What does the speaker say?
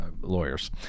lawyers